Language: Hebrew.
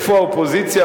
איפה האופוזיציה,